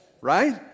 right